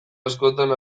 askotan